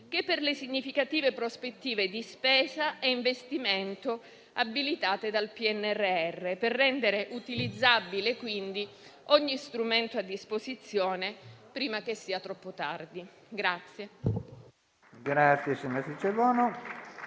sia per le significative prospettive di spesa e investimento abilitate dal PNRR, per rendere utilizzabile quindi ogni strumento a disposizione prima che sia troppo tardi.